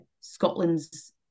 Scotland's